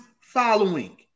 following